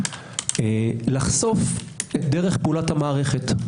לחשוף את דרך פעולת המערכת.